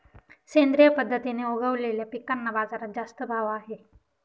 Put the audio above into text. सेंद्रिय पद्धतीने उगवलेल्या पिकांना बाजारात जास्त भाव आहे